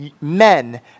men